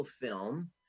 film